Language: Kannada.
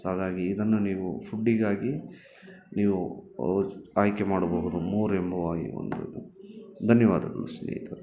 ಸೊ ಹಾಗಾಗಿ ಇದನ್ನು ನೀವು ಫುಡ್ಡಿಗಾಗಿ ನೀವು ಆಯ್ಕೆ ಮಾಡಬಹುದು ಮೋರ್ ಎಂಬುವ ಒಂದು ಧನ್ಯವಾದಗಳು ಸ್ನೇಹಿತರೆ